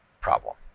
problem